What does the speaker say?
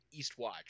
Eastwatch